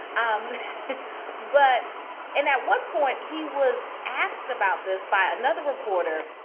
um but and at one point, he was asked about this by another reporter.